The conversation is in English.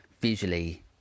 visually